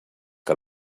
que